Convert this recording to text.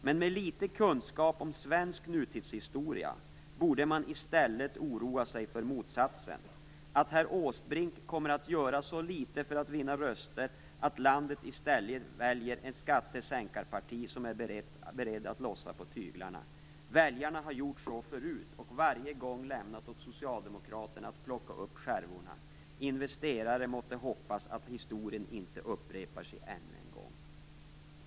Men med lite kunskap om svensk nutidshistoria borde man istället oroa sig för motsatsen: att herr Åsbrink kommer att göra så lite för att vinna röster att landet istället väljer ett skattesänkarparti som är berett att lossa på tyglarna. Väljarna har gjort så förut, och varje gång lämnat åt socialdemokraterna att plocka upp skärvorna. Investerare måtte hoppas att historien inte upprepar sig ännu en gång."